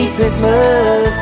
Christmas